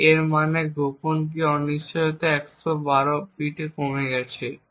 তাই এর মানে গোপন কী সম্পর্কে অনিশ্চয়তা 112 বিটে কমে গেছে